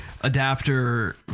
adapter